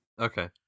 okay